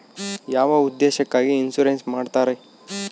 ಯಾವ ಉದ್ದೇಶಕ್ಕಾಗಿ ಇನ್ಸುರೆನ್ಸ್ ಮಾಡ್ತಾರೆ?